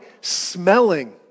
smelling